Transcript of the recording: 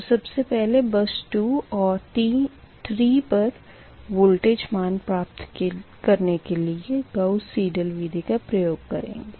तो सबसे पहले बस 2 और 3 पर वोल्टेज मान प्राप्त के लिए गाउस साइडल विधी का प्रयोग करेंगे